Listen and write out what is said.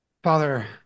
Father